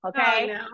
okay